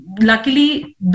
luckily